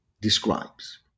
describes